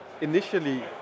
initially